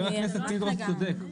ח"כ פינדרוס צודק.